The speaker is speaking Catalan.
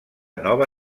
nova